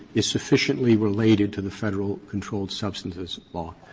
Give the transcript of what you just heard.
is sufficiently related to the federal controlled substances law.